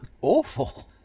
Awful